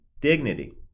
dignity